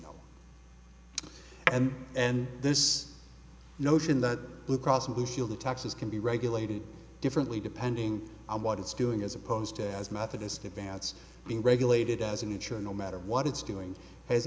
to and and this notion that blue cross blue shield of texas can be regulated differently depending on what it's doing as opposed to as methodist advance being regulated as a neutral no matter what it's doing has